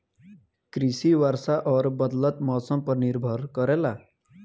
कृषि वर्षा और बदलत मौसम पर निर्भर करेला